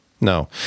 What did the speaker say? No